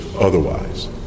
otherwise